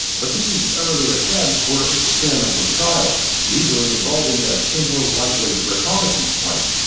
but these earlier attempts were experimental trials usually involving a single lightweight reconnaissance plane.